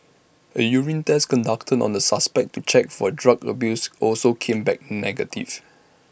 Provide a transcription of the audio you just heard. A urine test conducted on the suspect to check for drug abuse also came back negative